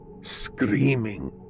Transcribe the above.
screaming